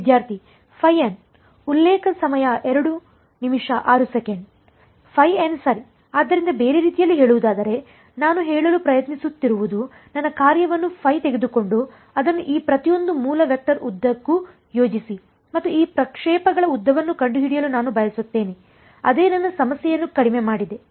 ವಿದ್ಯಾರ್ಥಿ ϕn ϕn ಸರಿ ಆದ್ದರಿಂದ ಬೇರೆ ರೀತಿಯಲ್ಲಿ ಹೇಳುವುದಾದರೆ ನಾನು ಹೇಳಲು ಪ್ರಯತ್ನಿಸುತ್ತಿರುವುದು ನನ್ನ ಕಾರ್ಯವನ್ನು ϕ ತೆಗೆದುಕೊಂಡು ಅದನ್ನು ಈ ಪ್ರತಿಯೊಂದು ಮೂಲ ವೆಕ್ಟರ್ ಉದ್ದಕ್ಕೂ ಯೋಜಿಸಿ ಮತ್ತು ಈ ಪ್ರಕ್ಷೇಪಗಳ ಉದ್ದವನ್ನು ಕಂಡುಹಿಡಿಯಲು ನಾನು ಬಯಸುತ್ತೇನೆ ಅದೇ ನನ್ನ ಸಮಸ್ಯೆಯನ್ನು ಕಡಿಮೆ ಮಾಡಿದೆ ಸರಿ